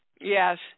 Yes